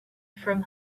from